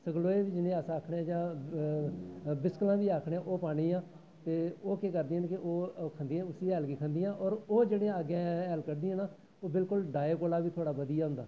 जियां अस आक्खनें कि बिसकलां बी आक्खने ओह् पानी ऐ ते ओह् केह् करदियां न कि ओह् खंदियां न इसी और जेह्ड़ियां अग्गैं हैल कड्डदियां न डाये कोला दा बी बधियै होंदा ऐ